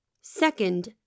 Second